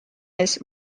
ees